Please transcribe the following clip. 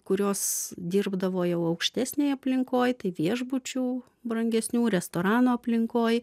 kurios dirbdavo jau aukštesnėj aplinkoj tai viešbučių brangesnių restoranų aplinkoj